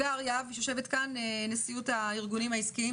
הגר יהב מנשיאות הארגונים העסקיים.